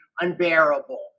unbearable